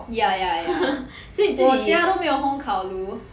ya ya ya 我家都没有烘烤炉